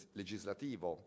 legislativo